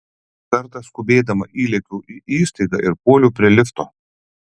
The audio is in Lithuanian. kartą skubėdama įlėkiau į įstaigą ir puoliau prie lifto